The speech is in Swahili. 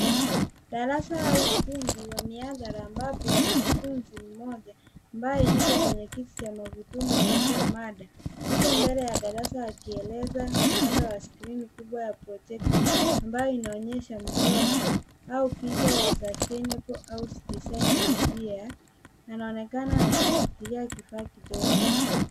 Darasa au ukumbi wa mihadhara ambapo mwanafunzi mmoja ambaye yuko kwenye kiti cha magurudumu anatoa mada. Yupo mbele ya darasa akielezea upande wa skrini kubwa ya projector ambayo inaonyesha mchoro au picha ya, sustainable house design idea. Anaonekana akishikilia kifaa kidogo.